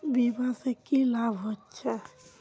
बीमा से की लाभ होचे?